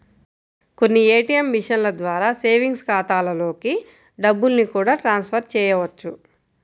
కొన్ని ఏ.టీ.యం మిషన్ల ద్వారా సేవింగ్స్ ఖాతాలలోకి డబ్బుల్ని కూడా ట్రాన్స్ ఫర్ చేయవచ్చు